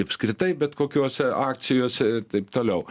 apskritai bet kokiose akcijose taip toliau